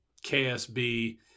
KSB